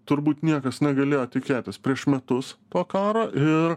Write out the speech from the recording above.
turbūt niekas negalėjo tikėtis prieš metus po karo ir